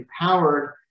empowered